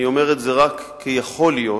אני אומר את זה רק כ"יכול להיות",